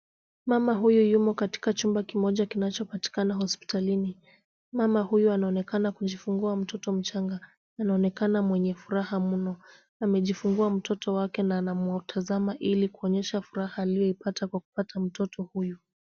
Mama huyu yuko katika chumba kimoja kinachopatikana hospitalini. Mama huyu anaonekana kujifungua mtoto mchanga. Anaonekana mwenye furaha mno. Amejifungua mtoto wake na anamtazama ili kuonyesha furaha aliyoipata kwa kupata mtoto huyu.